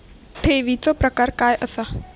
ठेवीचो प्रकार काय असा?